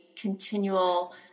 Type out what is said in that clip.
continual